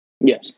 Yes